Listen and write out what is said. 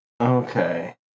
Okay